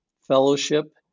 fellowship